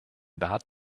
that